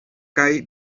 kaj